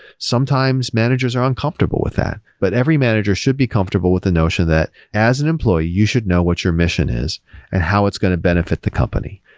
sometimes managers are uncomfortable with that, but every manager should be comfortable with the notion that, as an employee, you should know what your mission is and how it's going to benefit the company,